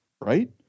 Right